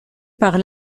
par